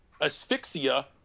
asphyxia